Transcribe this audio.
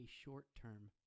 short-term